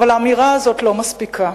אבל האמירה הזאת לא מספיקה.